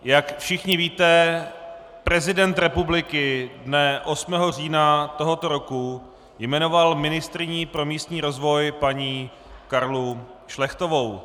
Jak všichni víte, prezident republiky dne 8. října tohoto roku jmenoval ministryní pro místní rozvoj paní Karlu Šlechtovou.